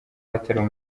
hatariho